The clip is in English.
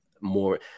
More